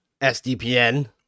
SDPN